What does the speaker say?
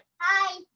Hi